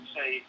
say